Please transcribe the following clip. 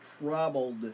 troubled